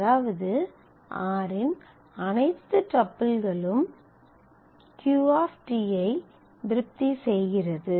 அதாவது r இன் அனைத்து டப்பிள்களும் Q ஐ திருப்தி செய்கிறது